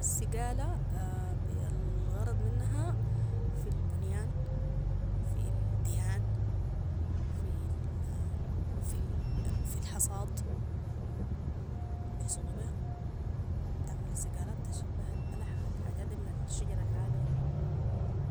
السقاله- الغرض منها في البنيان في الدهان في في الحصاد بيحصدو بيها تعمل السقالات تشيل بيها البلح والحاجات دي من الشجره العاليه